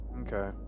Okay